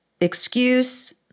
excuse